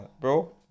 bro